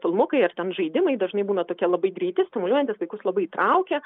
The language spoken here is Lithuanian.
filmukai ar ten žaidimai dažnai būna tokie labai greiti stimuliuojantys vaikus labai įtraukia